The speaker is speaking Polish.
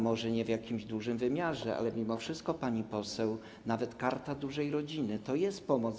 Może nie w jakimś dużym wymiarze, ale mimo wszystko, pani poseł, nawet Karta Dużej Rodziny to też jest pomoc.